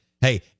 Hey